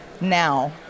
now